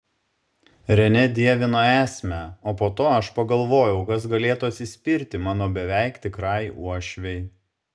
renė dievino esmę o po to aš pagalvojau kas galėtų atsispirti mano beveik tikrai uošvei